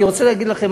אני רוצה להגיד לכם,